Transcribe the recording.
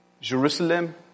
Jerusalem